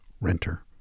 Renter